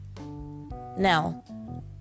Now